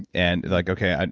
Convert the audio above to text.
and like, okay, ah